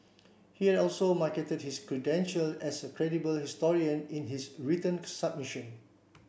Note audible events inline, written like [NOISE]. he [UNINTELLIGIBLE] also marketed his credential as a credible historian in his written submission